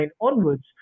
onwards